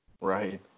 right